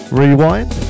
rewind